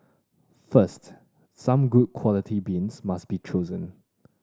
first some good quality beans must be chosen